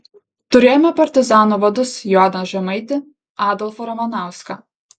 turėjome partizanų vadus joną žemaitį adolfą ramanauską